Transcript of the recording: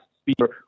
speaker